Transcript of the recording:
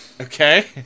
Okay